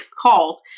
calls